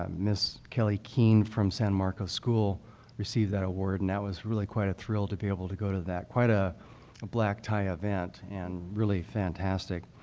um ms. kelly keane from san marcos school receive that award and that was really quite a thrill to be able to go to that, quite a black-tie event and really fantastic.